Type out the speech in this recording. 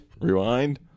Rewind